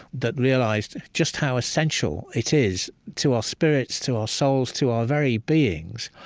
that realized just how essential it is to our spirits, to our souls, to our very beings,